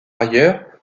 ailleurs